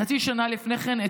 חצי שנה לפני כן,